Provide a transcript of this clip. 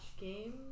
game